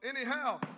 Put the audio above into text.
Anyhow